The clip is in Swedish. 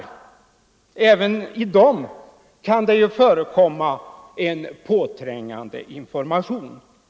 Även i tidningar kan det förekomma en påträngande information.